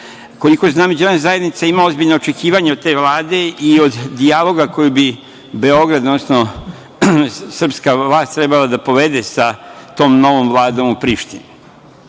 vlašću. Koliko znam, međunarodna zajednica ima ozbiljna očekivanja od te vlade i od dijaloga koji bi Beograd, odnosno srpska vlast trebala da povede sa tom novom vladom u Prištini.